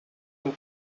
and